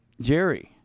Jerry